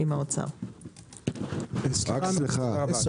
אנחנו עוסקות ועוסקים במשרד התחבורה היום בצמצום פערים של